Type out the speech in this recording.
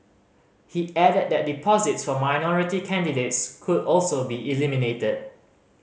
he added that deposits for minority candidates could also be eliminated